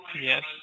Yes